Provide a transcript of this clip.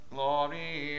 Glory